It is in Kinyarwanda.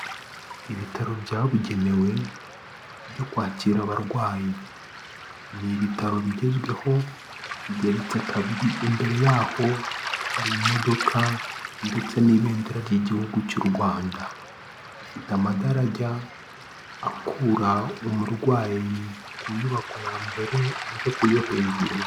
Ibitaro byabugenewe byo kwakira abarwayi, ni ibitaro bigezweho bigeretse kabiri, imbere y'aho hari imodoka ndetse n'ibendera ry'igihugu cy'u Rwanda, bifite amadara ajya akura umurwayi ku nyubako ya mbere ajya kuyo hejuru.